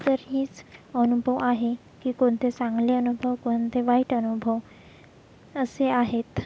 तर हेच अनुभव आहे की कोणते चांगले अनुभव कोणते वाईट अनुभव असे आहेत